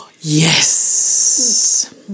Yes